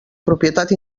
propietat